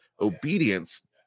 obedience